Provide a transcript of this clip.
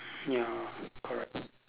ya correct